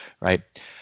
right